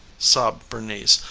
sobbed bernice.